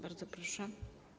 Bardzo proszę.